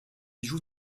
joue